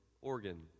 organ